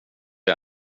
det